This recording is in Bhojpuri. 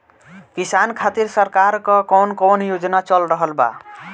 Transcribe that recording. किसान खातिर सरकार क कवन कवन योजना चल रहल बा?